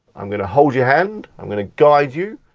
i'm going to hold your hand, i'm gonna guide you,